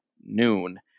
noon